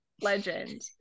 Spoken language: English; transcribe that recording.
legend